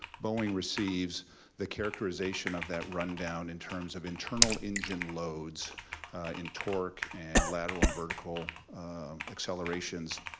boeing receives the characterization of that rundown in terms of internal engine loads in torque and lateral and vertical accelerations.